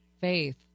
faith